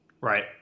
Right